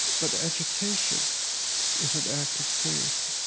but education is an act of faith.